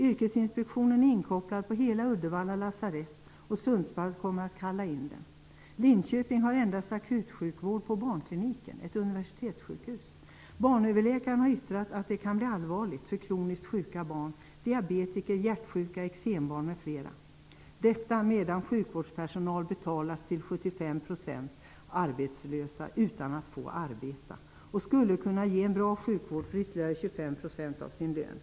Yrkesinspektionen är inkopplad på hela Uddevalla lasarett, och i Sundsvall kommer man att kalla in den. I Linköping finns endast akutsjukvård på barnkliniken, ett universitetssjukhus. Barnöverläkaren har yttrat att det kan bli allvarligt för kroniskt sjuka barn, diabetiker, hjärtsjuka, eksembarn m.fl. Detta sker medan arbetslös sjukvårdspersonal betalas till 75 % utan att få arbeta. Man skulle kunna ge en bra sjukvård för ytterligare 25 % av sin lön.